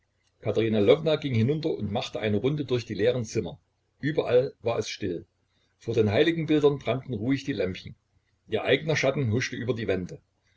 lwowna ging hinunter und machte eine runde durch die leeren zimmer überall war es still vor den heiligenbildern brannten ruhig die lämpchen ihr eigener schatten huschte über die wände